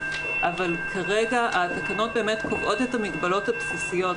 אבל כרגע התקנות קובעות את המגבלות הבסיסיות.